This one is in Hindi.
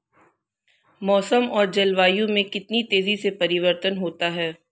मौसम और जलवायु में कितनी तेजी से परिवर्तन होता है?